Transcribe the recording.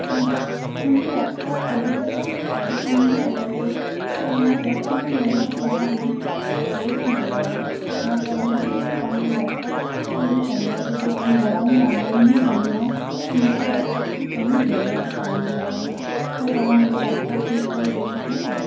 जी मुंहिंजे लैपटॉप पहिरीं त बिल्कुलु सवले नमूने हलंदो हुओ पर हाणे ॿ पंज महीना थी विया आहिनि थोरो स्लो थी वियो आहे मां पंहिंजो सॼो कमु लैपटॉप ते ई कंदी आहियां सॼो कमु घरां ई ऑनलाइन ई कंदी आहियां त मूंखे लैपटॉप जी चङी ज़रूरत पवंदी आहे छा तव्हां मुंहिंजो लैपटॉप ठीकु करे ॾेई सघंदा